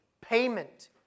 payment